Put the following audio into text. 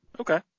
Okay